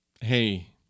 hey